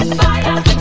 Fire